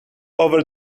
over